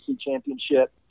championship